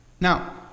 Now